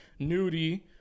Nudie